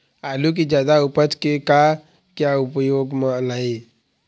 आलू कि जादा उपज के का क्या उपयोग म लाए?